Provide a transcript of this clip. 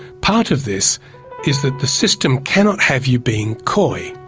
part of this is that the system cannot have you being coy,